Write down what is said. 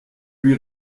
lui